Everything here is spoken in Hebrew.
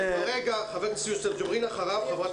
חבר הכנסת יוסף ג'אברין ואחריו חברת